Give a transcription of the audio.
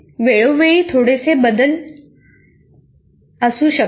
हे वेळोवेळी थोडेसे बदलत राहू शकते